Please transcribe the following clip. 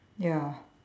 ya